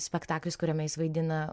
spektaklis kuriame jis vaidina